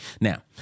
Now